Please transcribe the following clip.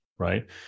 Right